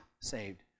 saved